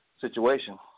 situation